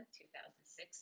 2006